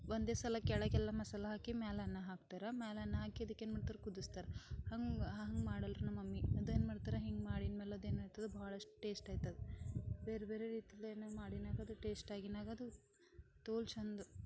ಒಂದೇ ಸಲ ಕೆಳಗೆಲ್ಲ ಮಸಾಲ ಹಾಕಿ ಮ್ಯಾಲ ಅನ್ನ ಹಾಕ್ತಾರೆ ಮ್ಯಾಲ ಅನ್ನ ಹಾಕಿದ್ದಕ್ಕೆ ಏನ್ಮಾಡ್ತಾರೆ ಕುದಿಸ್ತಾರೆ ಹಂಗೆ ಹಂಗೆ ಮಾಡಲ್ರಿ ನಮ್ಮಮ್ಮಿ ಅದು ಏನ್ಮಾಡ್ತಾರೆ ಹಿಂಗೆ ಮಾಡಿದ್ಮೇಲೆ ಅದೇನಾಯ್ತದ ಭಾಳಷ್ಟು ಟೇಸ್ಟ್ ಆಯ್ತದೆ ಬೇರೆ ಬೇರೆ ರೀತಿಲಿ ಮಾಡಿದಾಗದು ಟೇಸ್ಟ್ ಆಗಿದಾಗದು ತೋಲ್ ಚೆಂದ